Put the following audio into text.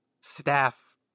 staff